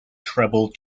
treble